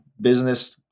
business